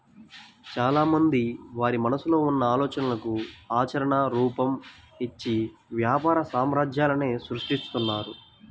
చాలామంది వారి మనసులో ఉన్న ఆలోచనలకు ఆచరణ రూపం, ఇచ్చి వ్యాపార సామ్రాజ్యాలనే సృష్టిస్తున్నారు